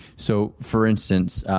so for instance,